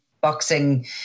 boxing